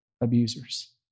abusers